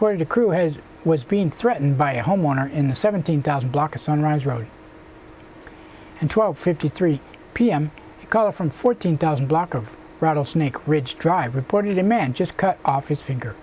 part of the crew as was being threatened by a homeowner in the seventeen thousand block of sunrise road and twelve fifty three p m caller from fourteen thousand block of rattlesnake ridge drive reported a man just cut off his finger